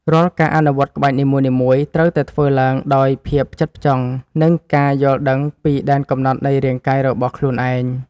រាល់ការអនុវត្តក្បាច់នីមួយៗ ត្រូវតែធ្វើឡើងដោយភាពផ្ចិតផ្ចង់ និងការយល់ដឹងពីដែនកំណត់នៃរាងកាយរបស់ខ្លួនឯង។